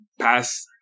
pass